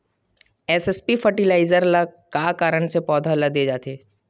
SSP fertiliser का कारण से पौधा ल दे जाथे?